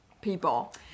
people